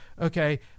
okay